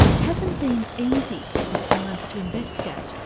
hasn't been easy for science to investigate.